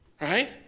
Right